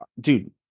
dude